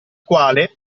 quale